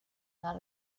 not